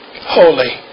holy